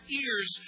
ears